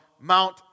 Mount